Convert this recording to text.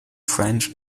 french